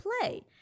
play